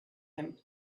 him